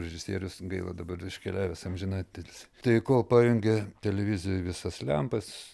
režisierius gaila dabar iškeliavęs amžinatilsį tai kol pajungė televizijoj visas lempas